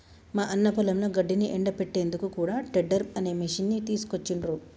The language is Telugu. మా అన్న పొలంలో గడ్డిని ఎండపెట్టేందుకు కూడా టెడ్డర్ అనే మిషిని తీసుకొచ్చిండ్రు